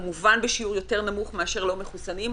כמובן בשיעור יותר נמוך מאשר לא מחוסנים,